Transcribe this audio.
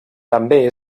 també